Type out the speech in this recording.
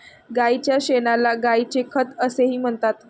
गायीच्या शेणाला गायीचे खत असेही म्हणतात